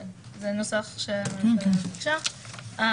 זה נוסח שהממשלה ביקשה.